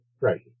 Right